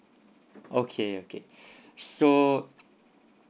okay okay so